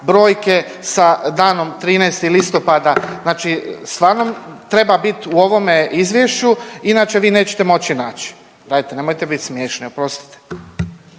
brojke sa danom 13. listopada. Znači stvarno treba bit u ovome izvješću, inače voi nećete moći naći. Dajte nemojte bit smiješni! Oprostite.